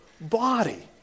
body